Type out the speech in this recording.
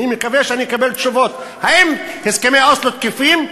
אני מקווה שאני אקבל תשובות: האם הסכמי אוסלו תקפים?